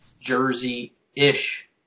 jersey-ish